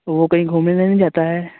वो कहीं घूमने नहीं न जाता है